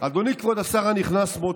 אדוני כבוד השר הנכנס סמוטריץ',